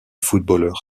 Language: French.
footballeur